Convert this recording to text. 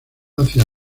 hacia